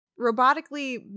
robotically